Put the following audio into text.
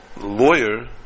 lawyer